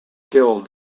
killed